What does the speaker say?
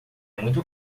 muito